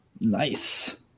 Nice